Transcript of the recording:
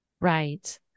Right